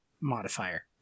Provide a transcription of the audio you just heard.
modifier